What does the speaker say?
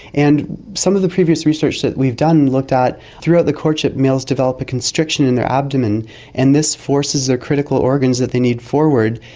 and some of the previous research that we've done looked at how throughout the courtship males develop a constriction in their abdomen and this forces the critical organs that they need forward,